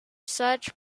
such